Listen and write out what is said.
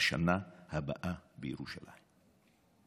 "לשנה הבאה בירושלים".